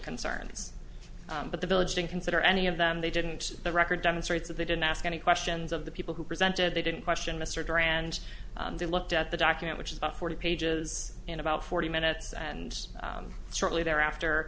concerns but the village didn't consider any of them they didn't record demonstrates that they didn't ask any questions of the people who presented they didn't question mr duran and they looked at the document which is about forty pages in about forty minutes and shortly thereafter